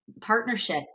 partnership